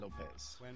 Lopez